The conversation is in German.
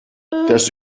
das